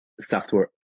software